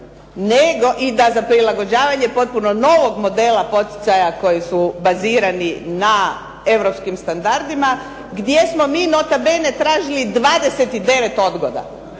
nego i da za prilagođavanje potpunog novog modela poticaja koji su bazirani na europskim standardima gdje smo mi nota bene tražili 29 odgoda,